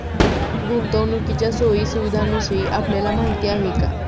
गुंतवणुकीच्या सोयी सुविधांविषयी आपल्याला माहिती आहे का?